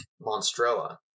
Monstrella